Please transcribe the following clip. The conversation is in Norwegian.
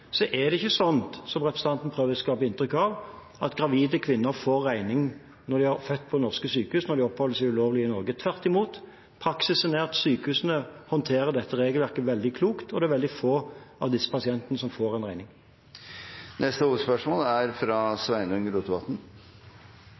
er det ikke slik som representanten prøver å skape et inntrykk av, at gravide kvinner som oppholder seg ulovlig i Norge, får en regning når de har født på norske sykehus, tvert imot: Praksisen er at sykehusene håndterer dette regelverket veldig klokt, og det er veldig få av disse pasientene som får en regning. Neste hovedspørsmål er fra Sveinung Rotevatn.